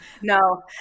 No